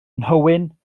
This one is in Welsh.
nhywyn